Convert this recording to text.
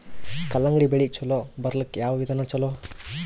ಕಲ್ಲಂಗಡಿ ಬೆಳಿ ಚಲೋ ಬರಲಾಕ ಯಾವ ವಿಧಾನ ಚಲೋ?